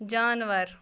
جاناوار